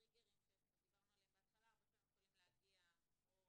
הטריגרים שקצת דיברנו עליהם בהתחלה הרבה פעמים יכולים להגיע או